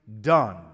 done